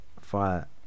Fire